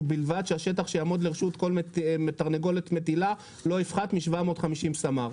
ובלבד שהשטח שיעמוד לרשות כל תרנגולת מטילה לא יפחת מ- 750 סמ"ר.".